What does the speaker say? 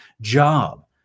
job